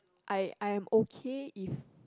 I I'm okay if